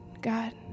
God